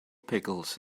pickles